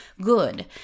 good